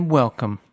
welcome